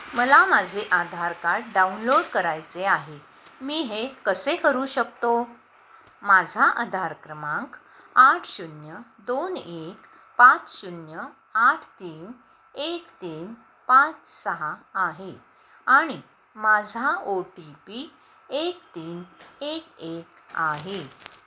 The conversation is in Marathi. मला माझे आधार कार्ड डाउनलोड करायचे आहे मी हे कसे करू शकतो माझा आधार क्रमांक आठ शून्य दोन एक पाच शून्य आठ तीन एक तीन पाच सहा आहे आणि माझा ओ टी पी एक तीन एक एक आहे